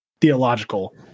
theological